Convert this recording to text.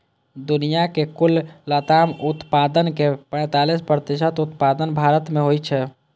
दुनियाक कुल लताम उत्पादनक पैंतालीस प्रतिशत उत्पादन भारत मे होइ छै